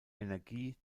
energie